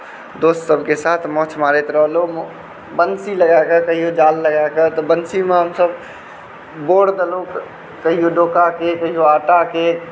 दोस्त सभकेँ साथ माछ मारैत रहलहुँ वन्शी लगा कऽ कहिओ जाल लगा कऽ तऽ वन्शीमे हमसभ बोर देलहुँ कहिओ डोकाके कहिओ आटाके